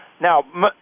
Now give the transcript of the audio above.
Now